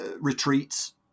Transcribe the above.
retreats